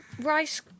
rice